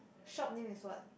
shop name is what